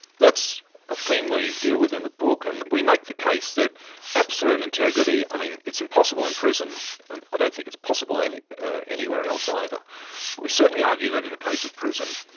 that's a theme we deal with in the book, and we make the case that absolute integrity, i mean, it's impossible in prison and i don't think it's possible anywhere else either. but we certainly argue that in the case of prison,